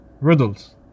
riddles